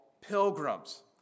pilgrims